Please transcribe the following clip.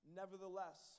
nevertheless